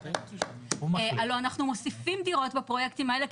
הלא אנחנו מוסיפים דירות בפרויקטים האלה,